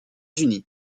unis